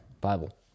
Bible